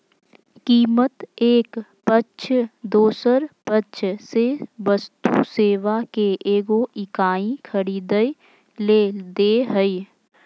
कीमत एक पक्ष दोसर पक्ष से वस्तु सेवा के एगो इकाई खरीदय ले दे हइ